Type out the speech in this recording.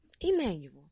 Emmanuel